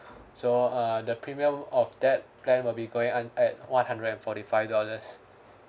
so err the premium of that plan will be going un~ at one hundred and forty five dollars